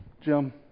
Jim